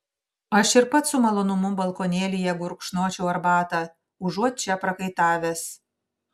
aš ir pats su malonumu balkonėlyje gurkšnočiau arbatą užuot čia prakaitavęs